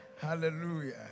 Hallelujah